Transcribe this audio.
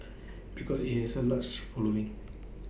because IT has A large following